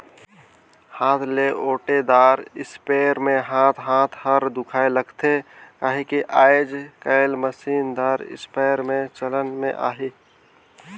हाथ ले ओटे दार इस्पेयर मे हाथ हाथ हर दुखाए लगथे कहिके आएज काएल मसीन दार इस्पेयर हर चलन मे अहे